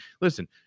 listen